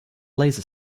laser